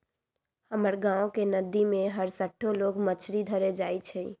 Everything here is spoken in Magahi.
हमर गांव के नद्दी में हरसठ्ठो लोग मछरी धरे जाइ छइ